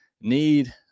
need